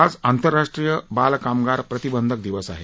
आज आंतरराष्ट्रीय बालकामगार प्रतिबंधक दिवस आहे